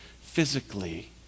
physically